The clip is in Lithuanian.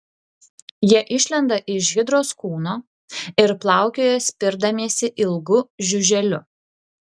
jie išlenda iš hidros kūno ir plaukioja spirdamiesi ilgu žiuželiu